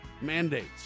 mandates